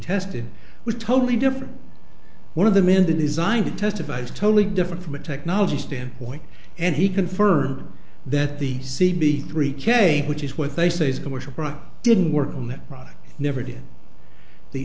tested was totally different one of them in the design to testify is totally different from a technology standpoint and he confirmed that the c b three k which is what they say is commercial didn't work on that product never did the